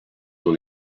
dans